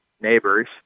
Neighbors